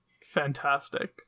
fantastic